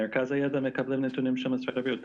מרכז הידע מקבלים נתונים של משרד הבריאות.